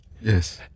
Yes